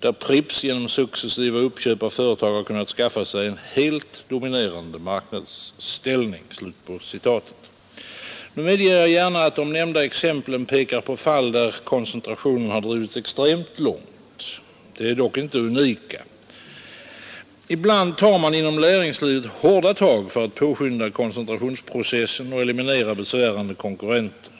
där Pripps genom successi va uppköp av företag kunnat skaffa sig en helt dominerande marknads Skärpt lagstiftning ställning.” mot konkurrensbe Jag medger att de nämnda exemplen pekar på fall där koncentrationen gränsningar drivits extremt långt. De är dock inte unika. Ibland tar man inom näringslivet hårda tag för att påskynda koncentrationsprocessen och eliminera besvärande konkurrenter.